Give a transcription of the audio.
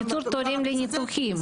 לקיצור תורים לניתוחים.